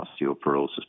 osteoporosis